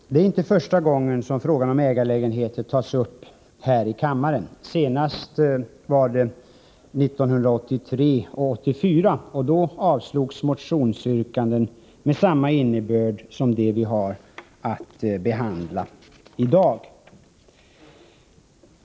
Herr talman! Det är inte första gången som frågan om ägarlägenheter tas upp här i kammaren. Senast var det 1983 och 1984. Då avslogs motionsyrkanden med samma innebörd som de vi har att behandla i dag.